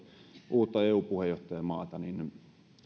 uutta eu puheenjohtajamaata niin